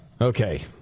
Okay